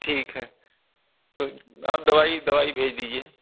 ٹھیک ہے تو آپ دوائی دوائی بھیج دیجئے